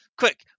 quick